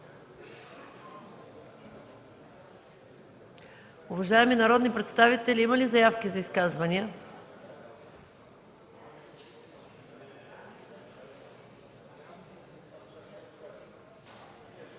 Уважаеми народни представители, има ли заявки за изказвания?